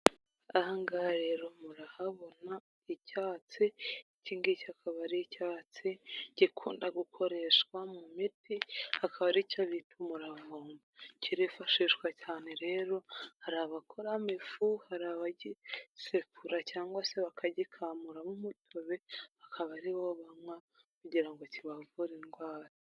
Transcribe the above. Aha ngaha rero murahabona icyatsi, iki ngiki akaba ari icyatsi gikunda gukoreshwa mu miti, akaba ari cyo bita umuravumba, kirifashishwa cyane rero, hari abakoramo ifu, hari abagisekura cyangwa se bakagikamuramo umutobe, akaba ari wo banywa kugira ngo kibavure indwara.